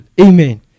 amen